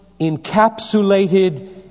encapsulated